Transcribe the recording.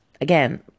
Again